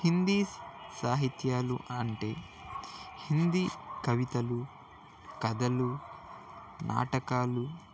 హిందీ సాహిత్యాలు అంటే హిందీ కవితలు కథలు నాటకాలు